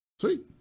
Sweet